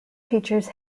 features